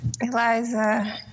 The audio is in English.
Eliza